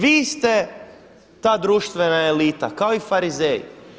Vi ste ta društvena elita kao i farizeji.